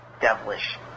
devilish